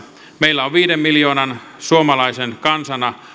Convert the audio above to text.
meillä on viiden miljoonan suomalaisen kansana